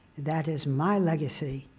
that is my legacy.